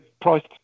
priced